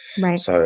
Right